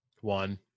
one